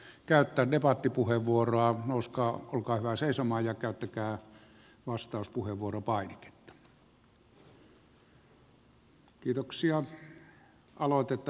elikkä ne jotka haluavat käyttää debattipuheenvuoron nouskaa seisomaan olkaa hyvä ja käyttäkää vastauspuheenvuoropainiketta